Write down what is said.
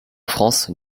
france